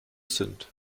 sind